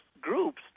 groups